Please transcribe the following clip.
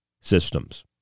systems